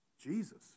Jesus